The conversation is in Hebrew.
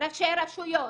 שראשי רשויות